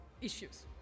issues